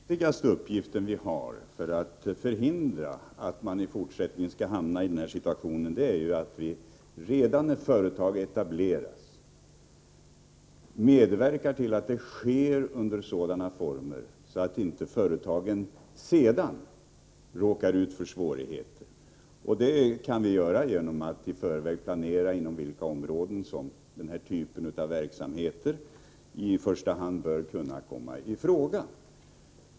Herr talman! Den viktigaste uppgift som vi har när det gäller att förhindra att man i fortsättningen hamnar i denna situation är att medverka till att etablering av företag sker i sådana former att företagen inte sedan råkar ut för svårigheter. Det kan vi göra genom att i förväg planera inom vilka områden som den här typen av verksamhet i första hand kan komma i fråga.